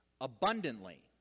abundantly